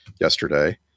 yesterday